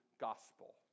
gospel